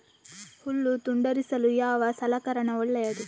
ಹುಲ್ಲು ತುಂಡರಿಸಲು ಯಾವ ಸಲಕರಣ ಒಳ್ಳೆಯದು?